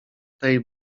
tej